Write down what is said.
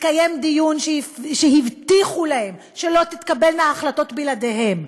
התקיים דיון והבטיחו להם שלא תתקבלנה החלטות בלעדיהם.